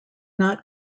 not